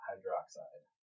Hydroxide